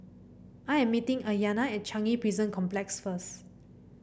I am meeting Ayanna at Changi Prison Complex first